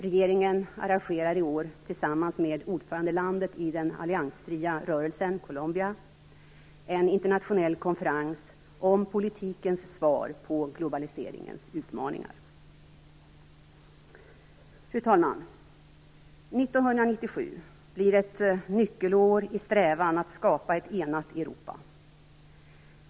Regeringen arrangerar i år, tillsammans med ordförandelandet i den alliansfria rörelsen, Colombia, en internationell konferens om politikens svar på globaliseringens utmaningar. Fru talman! 1997 blir ett nyckelår i strävan att skapa ett enat Europa.